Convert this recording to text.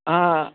हा